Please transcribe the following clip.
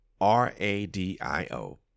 r-a-d-i-o